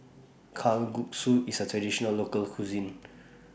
Kalguksu IS A Traditional Local Cuisine